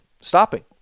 stopping